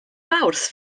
mawrth